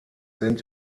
sind